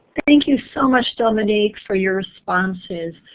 thank you so much, dominique, for your responses.